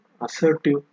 assertive